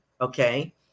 Okay